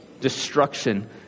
destruction